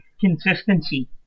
consistency